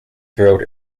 throughout